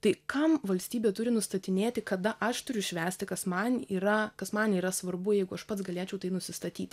tai kam valstybė turi nustatinėti kada aš turiu švęsti kas man yra kas man yra svarbu jeigu aš pats galėčiau tai nusistatyti